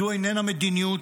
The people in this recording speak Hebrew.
זו איננה מדיניות.